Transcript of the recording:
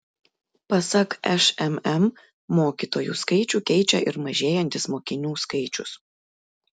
pasak šmm mokytojų skaičių keičia ir mažėjantis mokinių skaičius